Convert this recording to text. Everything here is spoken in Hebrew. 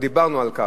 ודיברנו על כך,